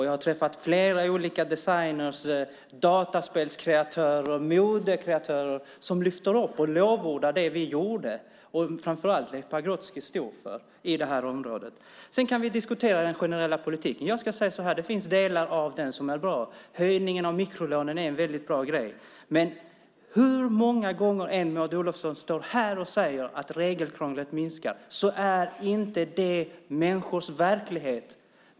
Jag har träffat flera olika designer, dataspelskreatörer och modekreatörer som lyfter upp och lovordar det vi gjorde och framför allt det Leif Pagrotsky stod för på det här området. Sedan kan vi diskutera den generella politiken. Jag ska säga så här: Det finns delar av den som är bra. Höjningen av mikrolånen är en väldigt bra grej. Men hur många gånger Maud Olofsson än står här och säger att regelkrånglet minskar så är inte det människors verklighet.